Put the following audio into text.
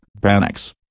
panics